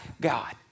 God